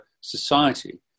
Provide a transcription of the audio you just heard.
society